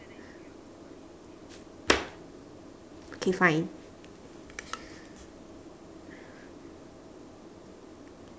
okay fine